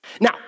Now